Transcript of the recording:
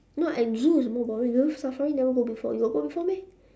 no I zoo is more boring river-safari I never go before you got go before meh